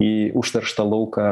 į užterštą lauką